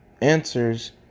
answers